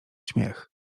śmiech